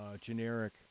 generic